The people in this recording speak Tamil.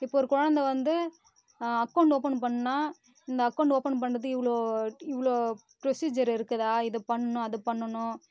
இப்போ ஒரு கொழந்தை வந்து அக்கௌண்ட் ஓபன் பண்ணால் இந்த அக்கௌண்ட் ஓபன் பண்ணுறது இவ்வளோ இவ்வளோ ப்ரோசீஜர் இருக்குதா இதை பண்ணணும் அது பண்ணணும்